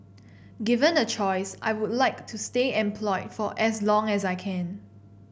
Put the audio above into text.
given a choice I would like to stay employed for as long as I can